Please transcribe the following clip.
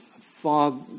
far